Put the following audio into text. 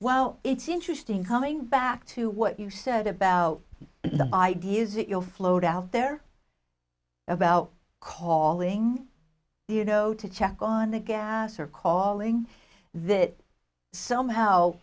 well it's interesting coming back to what you said about the idea is it your flowed out there about calling you know to check on the gas or calling this somehow